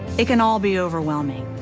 it can all be overwhelming.